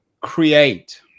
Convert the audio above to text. create